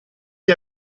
gli